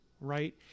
Right